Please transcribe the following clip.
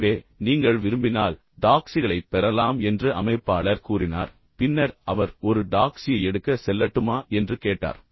எனவே நீங்கள் விரும்பினால் டாக்ஸிகளைப் பெறலாம் என்று அமைப்பாளர் கூறினார் பின்னர் அவர் ஒரு டாக்ஸியை எடுக்க செல்லட்டுமா என்று கேட்டார்